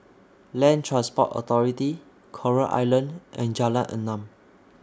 Land Transport Authority Coral Island and Jalan Enam